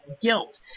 guilt